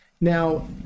now